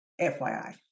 FYI